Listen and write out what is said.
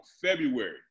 February